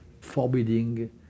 forbidding